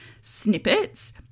snippets